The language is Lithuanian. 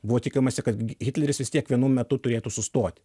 buvo tikimasi kad hitleris vis tiek vienu metu turėtų sustoti